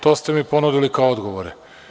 To ste mi ponudili kao odgovore.